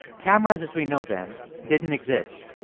cameras as we know them didn't exist.